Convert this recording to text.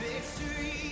victory